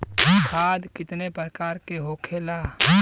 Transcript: खाद कितने प्रकार के होखेला?